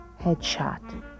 Headshot